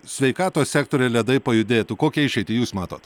sveikatos sektoriuje ledai pajudėtų kokią išeitį jūs matot